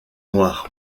noirs